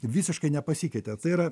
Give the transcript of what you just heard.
visiškai nepasikeitė tai yra